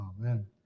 Amen